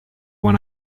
when